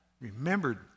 remembered